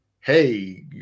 hey